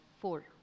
four